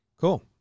Cool